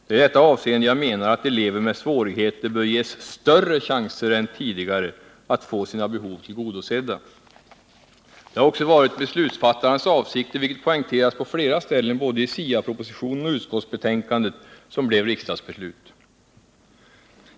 Det är i detta avseende jag menar att elever med svårigheter bör ges större chanser än tidigare att få sina behov tillgodosedda. Det har också varit beslutsfattarnas avsikter, vilket poängteras på flera ställen både i SIA-propositionen och i utskottsbetänkandet, som blev riksdagsbeslut.